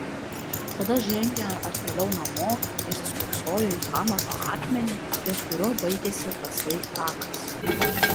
tada žengė artėliau namo įsispoksojo į pamato akmenį ties kuriuo baigėsi tasai takas